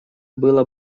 было